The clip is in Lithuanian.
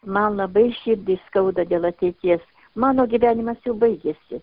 man labai širdį skauda dėl ateities mano gyvenimas jau baigiasi